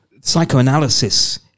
Psychoanalysis